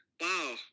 wow